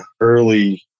early